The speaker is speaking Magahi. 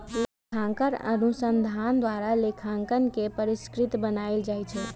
लेखांकन अनुसंधान द्वारा लेखांकन के परिष्कृत बनायल जाइ छइ